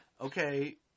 Okay